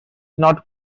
not